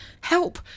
Help